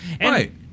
Right